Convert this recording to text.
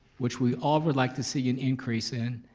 which we all would like to see an increase in,